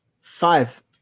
five